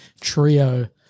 trio